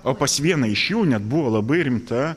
o pas vieną iš jų net buvo labai rimta